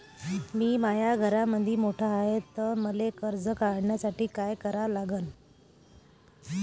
मी माया घरामंदी मोठा हाय त मले कर्ज काढासाठी काय करा लागन?